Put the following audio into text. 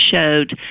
showed